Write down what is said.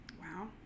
Wow